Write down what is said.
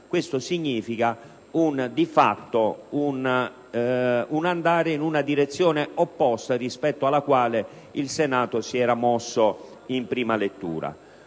Ciò significa, di fatto, andare in una direzione opposta rispetto a quella verso la quale il Senato si era mosso in prima lettura.